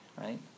right